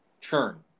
churn